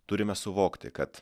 turime suvokti kad